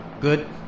Good